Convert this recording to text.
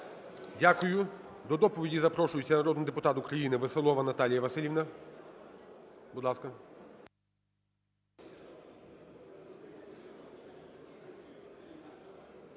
Дякую. До доповіді запрошується народний депутата України Веселова Наталія Василівна.